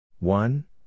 One